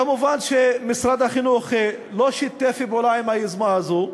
כמובן, משרד החינוך לא שיתף פעולה עם היוזמה הזאת,